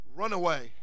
runaway